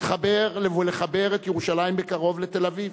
לחבר את ירושלים בקרוב לתל-אביב.